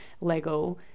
Lego